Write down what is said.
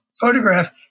photograph